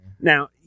Now